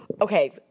Okay